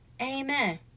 Amen